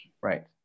right